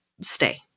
stay